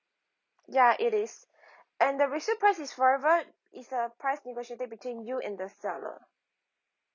ya it is and the resale price is forever is a price negotiated between you and the seller